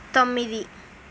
తొమ్మిది